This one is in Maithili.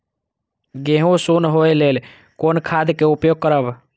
गेहूँ सुन होय लेल कोन खाद के उपयोग करब?